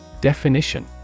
Definition